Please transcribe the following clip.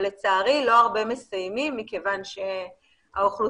אבל לצערי לא הרבה מסיימים מכיוון שהאוכלוסייה